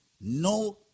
No